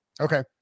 Okay